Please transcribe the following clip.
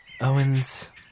Owens